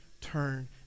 turn